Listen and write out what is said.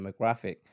demographic